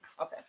Okay